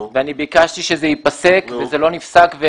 אני ביקשתי שזה יפסק וזה לא נפסק.